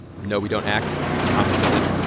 no, we don't act. it's complicated.